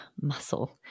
muscle